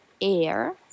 air